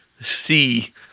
see